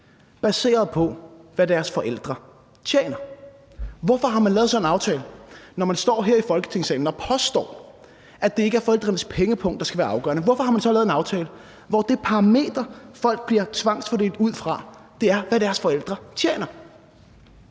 baseret på, hvad deres forældre tjener? Hvorfor har man lavet sådan en aftale? Når man står her i Folketingssalen og påstår, at det ikke er forældrenes pengepung, der skal være afgørende, hvorfor har man så lavet en aftale, hvor det parameter, som folk bliver tvangsfordelt ud fra, er, hvad deres forældre tjener?